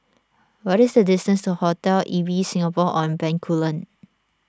what is the distance to Hotel Ibis Singapore on Bencoolen